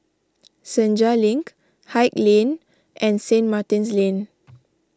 Senja Link Haig Lane and St Martin's Lane